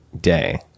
day